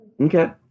Okay